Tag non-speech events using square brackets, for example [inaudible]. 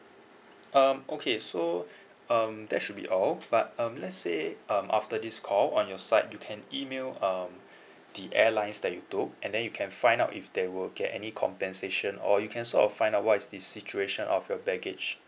um okay so um that should be all but um let's say um after this call on your side you can email um [breath] the airlines that you took and then you can find out if they will get any compensation or you can sort of find out what is the situation of your baggage